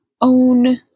own